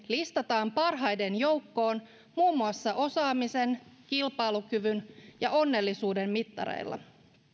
listataan parhaiden joukkoon muun muassa osaamisen kilpailukyvyn ja onnellisuuden mittareilla